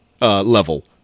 level